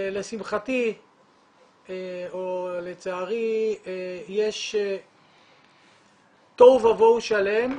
לשמחתי או לצערי יש תוהו ובוהו שלם,